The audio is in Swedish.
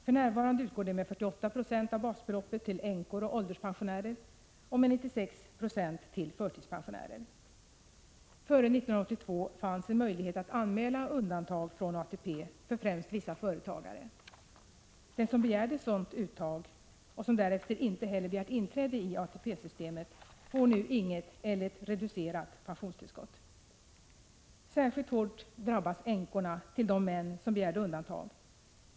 För närvarande utgår det med 48 90 av basbeloppet till änkor och ålderspensionärer och med 96 9 till förtidspensionärer. Före 1982 fanns en möjlighet att anmäla undantag från ATP för främst vissa företagare. Den som begärde sådant undantag — och som därefter inte heller begärt inträde i ATP-systemet — får nu inget eller ett reducerat pensionstillskott. Särskilt hårt drabbas änkorna till de män som begärde undantag.